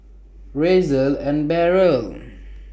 Razer and Barrel